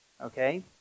Okay